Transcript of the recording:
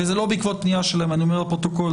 וזה לא בעקבות פנייה שלהם, אני אומר לפרוטוקול.